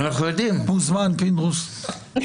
מוזמן, פינדרוס.